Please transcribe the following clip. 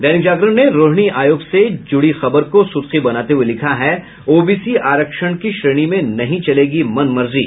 दैनिक जागरण ने रोहिणी आयोग से जुड़ी खबर को सुर्खी बनाते हुये लिखा है ओबीसी आरक्षण की श्रेणी में नहीं चलेगी मनमर्जी